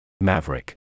Maverick